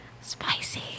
spicy